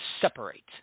separate